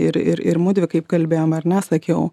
ir ir ir mudvi kaip kalbėjome ar ne sakiau